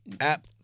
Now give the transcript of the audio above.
App